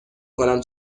کنم